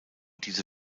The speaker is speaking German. diese